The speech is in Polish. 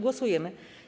Głosujemy.